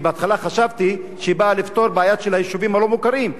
שבהתחלה חשבתי שהיא באה לפתור את הבעיה של היישובים הלא-מוכרים,